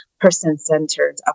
person-centered